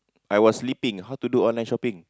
I was sleeping how to do online shopping